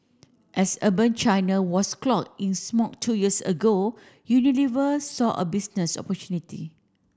as urban China was cloaked in smog two years ago Unilever saw a business opportunity